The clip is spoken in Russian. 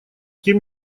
тем